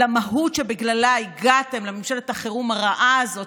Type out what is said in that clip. למהות שבגללה הגעתם לממשלת החירום הרעה הזאת,